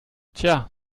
tja